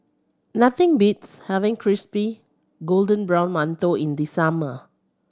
nothing beats having crispy golden brown mantou in the summer